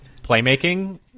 playmaking